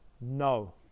No